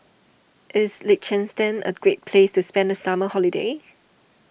is Liechtenstein a great place to spend the summer holiday